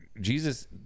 jesus